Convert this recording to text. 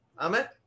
Amen